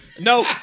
No